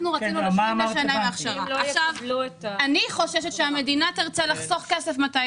אני חוששת שהמדינה תרצה לחסוך כסף מתי